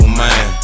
man